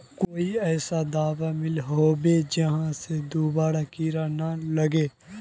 कोई ऐसा दाबा मिलोहो होबे जहा से दोबारा कीड़ा ना लागे?